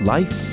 Life